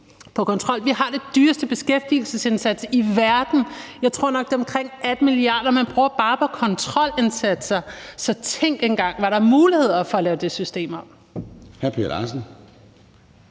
Vi har den dyreste beskæftigelsesindsats i verden. Jeg tror nok, det er omkring 18 mia. kr., man bruger bare på kontrolindsatser. Så tænk engang, hvad der er af muligheder ved at lave det system om.